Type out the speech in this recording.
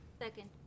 Second